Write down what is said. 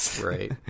right